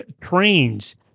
trains